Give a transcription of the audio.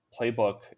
playbook